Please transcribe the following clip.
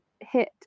hit